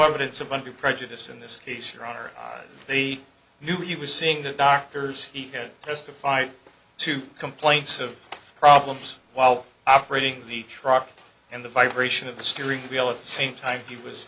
evidence of any prejudice in this case your honor he knew he was seeing the doctors he testified to complaints of problems while operating the truck and the vibration of the steering wheel at the same time he was